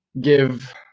give